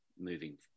moving